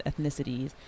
ethnicities